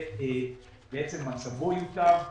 בעצם מצבו ייטב.